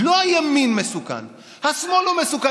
הכול סגור.